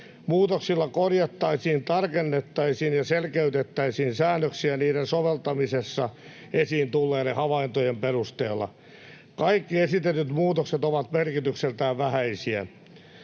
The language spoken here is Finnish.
Muutoksilla korjattaisiin, tarkennettaisiin ja selkeytettäisiin säännöksiä niiden soveltamisessa esiin tulleiden havaintojen perusteella. Kaikki esitetyt muutokset ovat merkitykseltään vähäisiä.